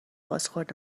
بازخورد